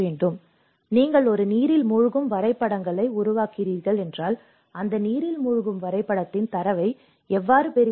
எனவே நீங்கள் ஒரு நீரில் மூழ்கும் வரைபடங்களை உருவாக்குகிறீர்கள் என்றால் அந்த நீரில் மூழ்கும் வரைபடத்தின் தரவை எவ்வாறு பெறுவீர்கள்